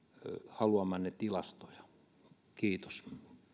haluamianne tilastoja kiitos